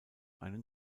einen